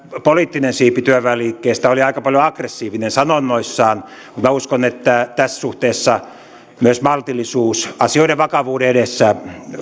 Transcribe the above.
poliittinen siipi työväenliikkeestä oli aika paljon aggressiivinen sanonnoissaan mutta minä uskon että tässä suhteessa myös maltillisuus asioiden vakavuuden edessä